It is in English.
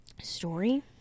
story